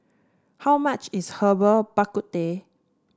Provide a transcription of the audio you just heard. how much is Herbal Bak Ku Teh